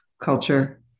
culture